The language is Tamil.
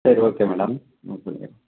சரி ஓகே மேடம் நோட் பண்ணிக்கிறேன்